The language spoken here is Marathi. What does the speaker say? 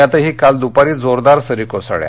पुण्यातही काल दुपारी जोरदार सरी कोसळल्या